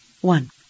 one